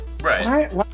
Right